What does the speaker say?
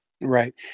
Right